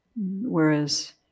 whereas